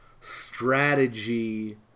strategy